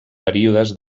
períodes